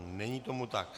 Není tomu tak.